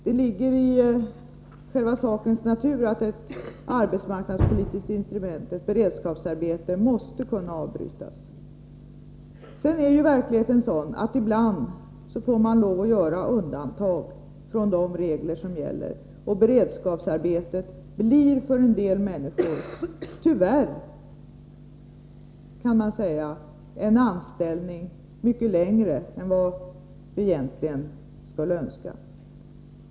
Det ligger i sakens natur att ett arbetsmarknadspolitiskt instrument som ett beredskapsarbete måste kunna avbrytas. Sedan är ju verkligheten sådan att man ibland får lov att göra undantag från de regler som gäller, och beredskapsarbetet blir för en del människor tyvärr, kan man säga, en anställning mycket längre än vad vi egentligen skulle önska.